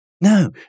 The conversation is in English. No